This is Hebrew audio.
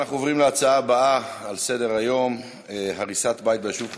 אנחנו עוברים להצעות הבאות לסדר-היום: הריסת בית ביישוב חורפיש,